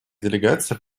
делегация